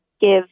give